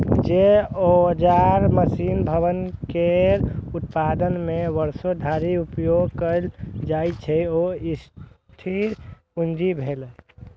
जे औजार, मशीन, भवन केर उत्पादन मे वर्षों धरि उपयोग कैल जाइ छै, ओ स्थिर पूंजी भेलै